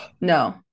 No